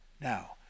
Now